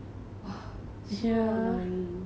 so annoying